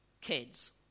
kids